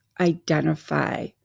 identify